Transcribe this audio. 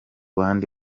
bandi